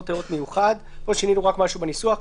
תיירות מיוחד שינינו משהו בניסוח,